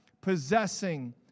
possessing